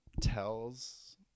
tells